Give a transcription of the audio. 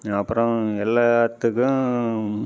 அப்புறம் எல்லாத்துக்கும்